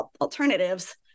alternatives